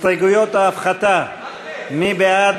הסתייגויות ההפחתה, מי בעד?